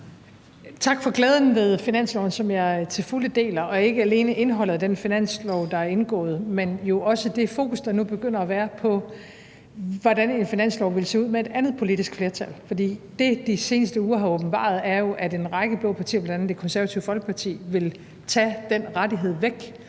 som jeg til fulde deler, ikke alene i forhold til indholdet af den finanslov, der er indgået, men jo også i forhold til det fokus, der nu begynder at være, på, hvordan en finanslov ville se ud med et andet politisk flertal. For det, de seneste uger har åbenbaret, er jo, at en række blå partier, bl.a. Det Konservative Folkeparti, vil tage den rettighed væk,